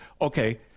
okay